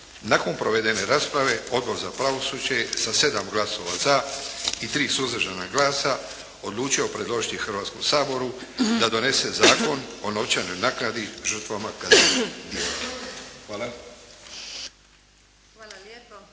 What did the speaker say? Nakon provedene rasprave Odbor za pravosuđe je sa 7 glasova za i 3 suzdržana glasa odlučio predložiti Hrvatskom saboru da donese Zakon o novčanoj naknadi žrtvama kaznenih djela.